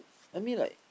I mean like